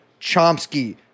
Chomsky